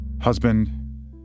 husband